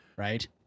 Right